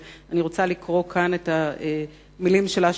אבל אני רוצה לקרוא כאן את המלים שלה